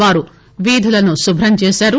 వారు వీధుల్పి శుభ్రంచేశారు